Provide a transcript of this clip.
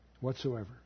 whatsoever